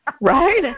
Right